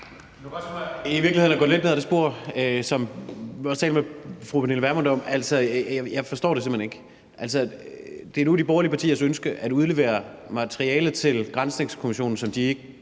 tænke mig at gå lidt ned ad det spor, som jeg også talte med fru Pernille Vermund om. Jeg forstår det simpelt hen ikke. Det er nu de borgerlige partiers ønske at udlevere materiale til Granskningskommissionen, som de ikke